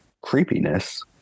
creepiness